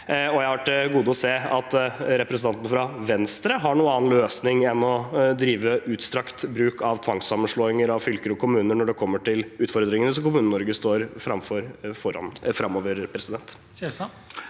Jeg har til gode å se at representanten fra Venstre har noen annen løsning enn å drive utstrakt bruk av tvangssammenslåing av fylker og kommuner når det gjelder utfordringene som Kommune-Norge står foran